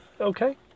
okay